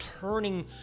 turning